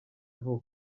vuba